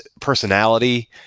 personality